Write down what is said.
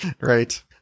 Right